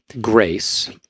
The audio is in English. grace